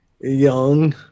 Young